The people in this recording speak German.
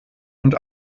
und